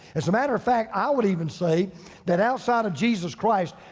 as a matter of fact, i would even say that outside of jesus christ,